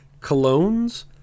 colognes